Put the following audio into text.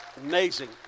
Amazing